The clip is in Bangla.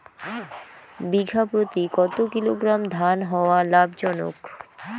বিঘা প্রতি কতো কিলোগ্রাম ধান হওয়া লাভজনক?